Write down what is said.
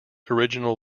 original